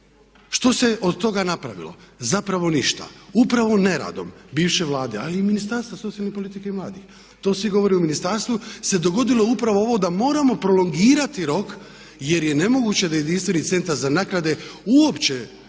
što se od toga napravilo? Zapravo ništa. Upravo neradom bivše Vlade, ali i Ministarstva socijalne politike i mladih. To svi govore u ministarstvu se dogodilo upravo ovo da moramo prolongirati rok jer je nemoguće da jedinstveni Centar za naknade uopće